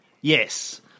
Yes